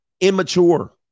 immature